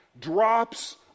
drops